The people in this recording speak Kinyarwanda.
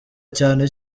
cyane